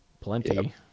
Plenty